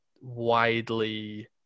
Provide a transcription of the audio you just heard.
widely